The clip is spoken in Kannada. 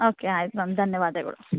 ಓಕೆ ಆಯ್ತು ಮ್ಯಾಮ್ ಧನ್ಯವಾದಗಳು